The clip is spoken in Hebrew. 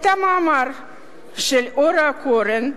את המאמר של אורה קורן: